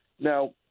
Now